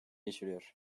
geçiriyor